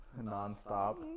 Non-stop